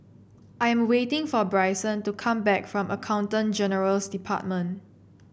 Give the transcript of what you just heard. I am waiting for Brycen to come back from Accountant General's Department